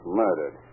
murdered